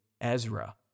Ezra